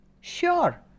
Sure